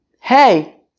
Hey